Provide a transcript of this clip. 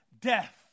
death